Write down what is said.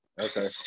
Okay